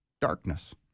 darkness